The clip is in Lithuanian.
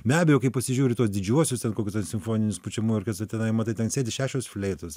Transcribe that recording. be abejo kai pasižiūri tuos didžiuosius ten kokius ten simfoninius pučiamųjų orkestrą tenai matai ten sėdi šešios fleitos